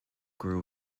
grew